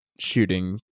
shooting